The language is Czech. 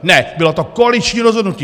Ne, bylo to koaliční rozhodnutí!